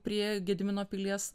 prie gedimino pilies